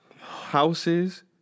houses